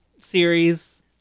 series